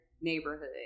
neighborhood